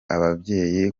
ababyeyi